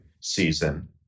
season